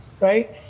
right